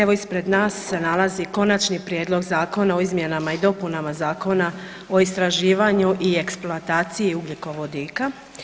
Evo ispred nas se nalazi Konačni prijedlog zakona o izmjenama i dopunama Zakona o istraživanju i eksploataciji ugljikovodika.